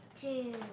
Two